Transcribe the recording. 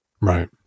Right